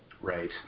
Right